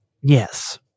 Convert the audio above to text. Yes